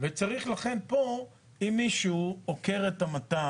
וצריך לכן פה, אם מישהו עוקר את המטע